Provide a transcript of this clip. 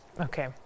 Okay